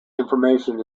information